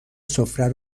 سفره